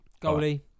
Goalie